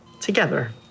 together